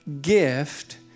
gift